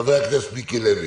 חבר הכנסת מיקי לוי.